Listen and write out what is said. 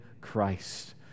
Christ